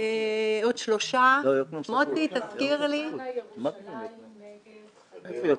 פרדס חנה, ירושלים, נגב, חדרה.